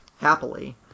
Happily